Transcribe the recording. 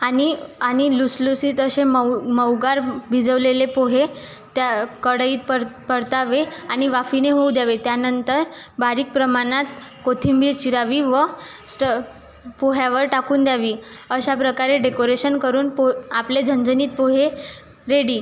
आणि आणि लुसलुसीत असे मऊ मऊगार भिजवलेले पोहे त्या कढईत पर परतावे आणि वाफेने होऊ द्यावे त्यानंतर बारीक प्रमाणात कोथिंबीर चिरावी व स्ट पोह्यावर टाकून द्यावी अशा प्रकारे डेकोरेशन करून पो आपले झणझणीत पोहे रेडी